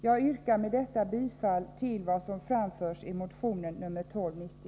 Jag yrkar med detta bifall till vad som framförs i motion 1290.